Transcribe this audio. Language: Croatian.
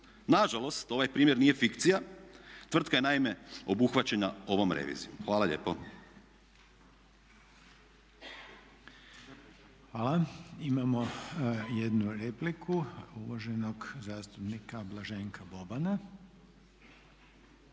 Na žalost, ovaj primjer nije fikcija. Tvrtka je naime obuhvaćena ovom revizijom. Hvala lijepo. **Reiner, Željko (HDZ)** Hvala. Imamo jednu repliku uvaženog zastupnika Blaženka Bobana.